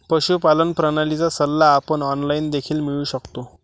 पशुपालन प्रणालीचा सल्ला आपण ऑनलाइन देखील मिळवू शकतो